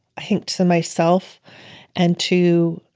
i think, to myself and to